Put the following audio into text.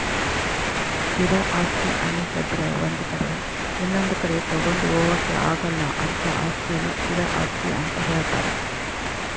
ಸ್ಥಿರ ಆಸ್ತಿ ಅನ್ನಿಸದ್ರೆ ಒಂದು ಕಡೆ ಇನೊಂದು ಕಡೆ ತಗೊಂಡು ಹೋಗೋಕೆ ಆಗಲ್ಲ ಅಂತಹ ಅಸ್ತಿಯನ್ನು ಸ್ಥಿರ ಆಸ್ತಿ ಅಂತ ಹೇಳ್ತಾರೆ